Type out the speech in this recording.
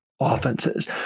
offenses